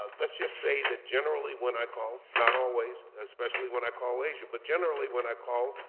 ah let's just say that generally when i call, not always, especially when i call asia, but generally when i call,